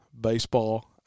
baseball